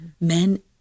Men